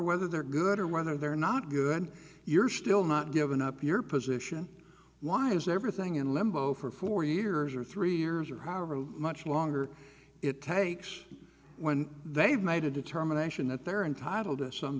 whether they're good or whether they're not good you're still not given up your position monitors everything in limbo for four years or three years or however much longer it takes when they've made a determination that they're entitled to some